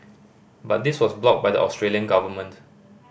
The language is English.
but this was blocked by the Australian government